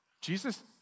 Jesus